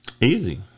Easy